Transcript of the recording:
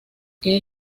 que